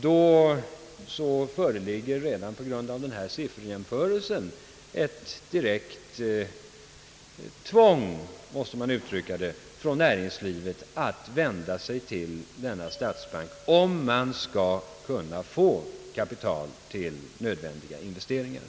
Av den sifferjämförelsen framgår att det föreligger ett direkt tvång — så måste man uttrycka det — för näringslivet att vända sig till statsbanken för att över huvud taget få kapital till nödvändiga investeringar.